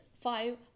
five